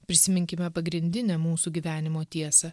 prisiminkime pagrindinę mūsų gyvenimo tiesą